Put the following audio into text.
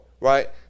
Right